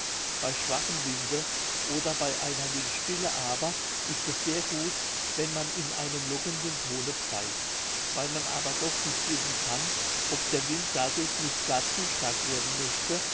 bei schwachem winde oder bei einer windstille aber ist es sehr gut wenn man in einem lockenden tone pfeift weil man aber doch nicht wissen kann ob der wind dadurch nicht gar zu stark werden möchte